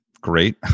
great